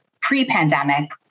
pre-pandemic